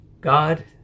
God